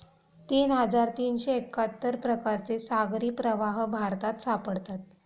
तीन हजार तीनशे एक्काहत्तर प्रकारचे सागरी प्रवाह भारतात सापडतात